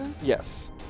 Yes